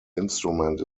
instrument